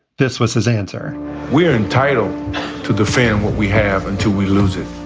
this was his answer we're entitled to defend what we have. until we lose it,